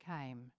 came